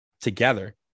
together